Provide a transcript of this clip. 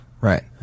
Right